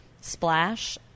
splash